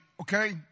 okay